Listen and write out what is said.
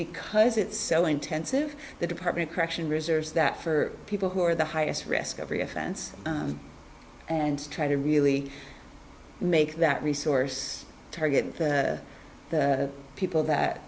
because it's so intensive the department of correction reserves that for people who are the highest risk every offense and try to really make that resource target the people that